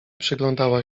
przyglądała